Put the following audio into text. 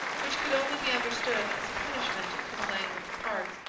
which could only be understood as a punishment for playing with the parts,